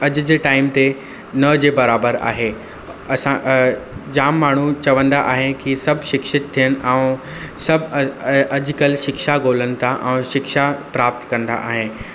अॼु जे टाइम ते न जे बराबरि आहे असां जाम माण्हू चवंदा आहे की सभु शिक्षित थियण ऐं सभु अ अ अॼुकल्ह शिक्षा ॻोल्हण था और शिक्षा प्राप्त कंदा आहिनि